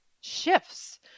shifts